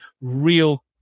real